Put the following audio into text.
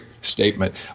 statement